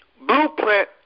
blueprint